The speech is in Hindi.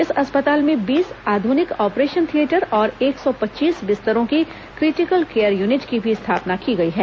इस अस्पताल में बीस आधुनिक ऑपरेशन थियेटर और एक ंसौ पच्चीस बिस्तरों की क्रिटिकल केयर यूनिट की भी स्थापना की गई है